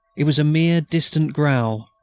it was a mere distant growl,